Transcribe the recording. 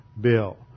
bill